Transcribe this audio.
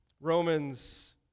Romans